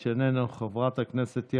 חבר הכנסת סמוטריץ' איננו,